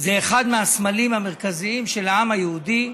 היא אחד מהסמלים המרכזיים של העם היהודי.